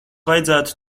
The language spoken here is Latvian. vajadzētu